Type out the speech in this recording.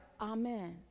Amen